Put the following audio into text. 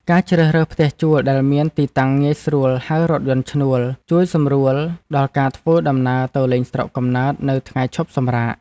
ការជ្រើសរើសផ្ទះជួលដែលមានទីតាំងងាយស្រួលហៅរថយន្តឈ្នួលជួយសម្រួលដល់ការធ្វើដំណើរទៅលេងស្រុកកំណើតនៅថ្ងៃឈប់សម្រាក។